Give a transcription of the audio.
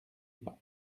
pas